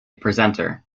presenter